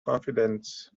confidence